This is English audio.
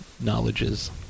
knowledges